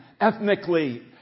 ethnically